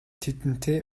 тэдэнтэй